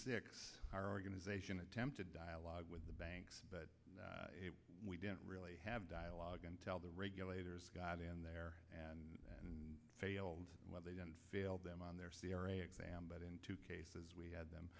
six our organization attempted dialogue with the banks but we didn't really have dialogue and tell the regulators got in there and failed well they didn't fail them on their c r a exam but in two cases we had them